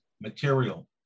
material